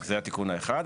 זה התיקון האחד.